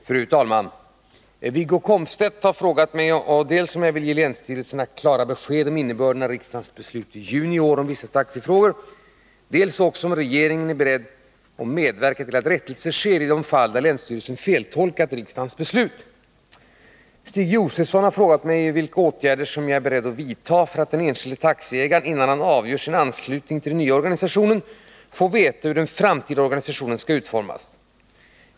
Fru talman! Wiggo Komstedt har frågat mig dels om jag vill ge länsstyrelserna klara besked om innebörden av riksdagens beslut i juni i år om vissa taxifrågor, dels om regeringen är beredd att medverka till att rättelse sker i de fall där länsstyrelsen feltolkat riksdagens beslut. Stig Josefson har frågat mig vilka åtgärder jag är beredd att vidta för att den enskilde taxiägaren, innan han avgör sin anslutning till den nya organisationen, får veta hur den framtida organisationen skall utformas.